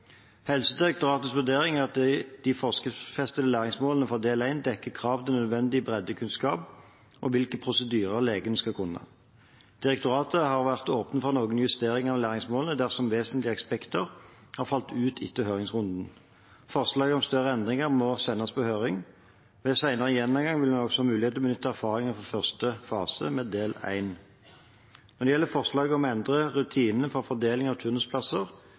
Helsedirektoratets vurdering er at de forskriftsfestede læringsmålene for del 1 dekker krav til nødvendig breddekunnskap og hvilke prosedyrer legen skal kunne. Direktoratet har vært åpen for noe justering av læringsmålene dersom vesentlige aspekter har falt ut etter høringsrunden. Forslag om større endringer må sendes på høring. Ved senere gjennomgang vil det også være mulighet til å benytte erfaringer fra første fase med del 1. Når det gjelder forslaget om å endre rutinene for fordeling av turnusplasser,